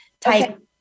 type